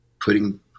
putting